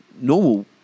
normal